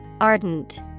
Ardent